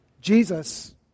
Jesus